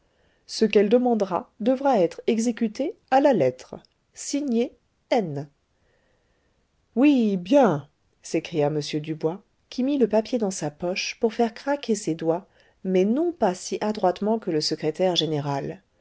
ce qu'elle demandera devra être exécuté à la lettre signé n oui bien s'écria m dubois qui mit le papier dans sa poche pour faire craquer ses doigts mais non pas si adroitement que le secrétaire général